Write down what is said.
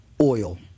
Oil